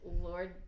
Lord